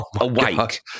awake